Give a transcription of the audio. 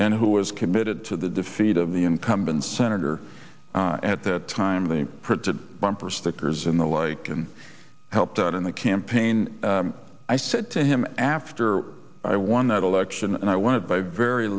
and who was committed to the defeat of the incumbent senator at that time they printed bumper stickers in the like can help out in the campaign i said to him after i won that election and i went by very